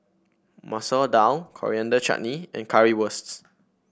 Masoor Dal Coriander Chutney and Currywursts